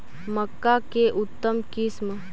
मक्का के उतम किस्म?